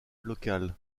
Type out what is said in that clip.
local